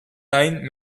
lijn